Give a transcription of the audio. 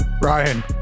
Ryan